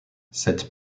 cette